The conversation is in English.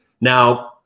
Now